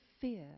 fear